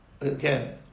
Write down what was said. again